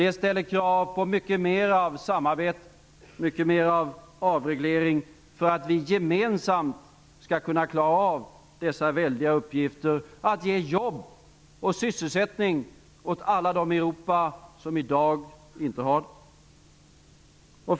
Det ställer krav på mycket mera av samarbete och avreglering så att vi gemensamt skall kunna klara av dessa väldiga uppgifter att ge jobb och sysselsättning åt alla dem i Europa som i dag inte har det.